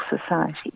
Society